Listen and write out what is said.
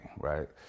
right